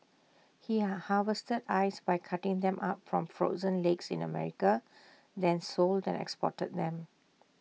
he harvested ice by cutting them up from frozen lakes in America then sold and exported them